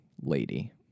lady